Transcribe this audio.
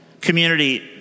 community